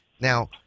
Now